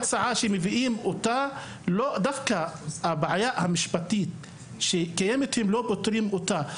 שגם בהצעה שמביאים דווקא הבעיה המשפטית קיימת אם לא פותרים אותה,